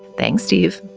thanks, steve.